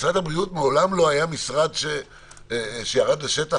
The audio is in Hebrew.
משרד הבריאות מעולם לא היה משרד שירד לשטח,